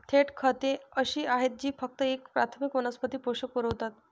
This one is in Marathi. थेट खते अशी आहेत जी फक्त एक प्राथमिक वनस्पती पोषक पुरवतात